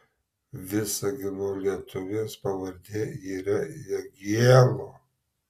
visagino lietuvės pavardė yra jagielo